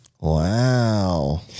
Wow